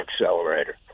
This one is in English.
accelerator